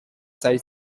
site